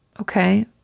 Okay